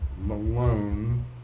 Malone